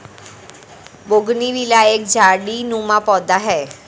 bougainvillea एक झाड़ीनुमा पौधा है